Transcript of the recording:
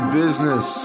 business